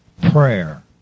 prayer